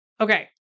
Okay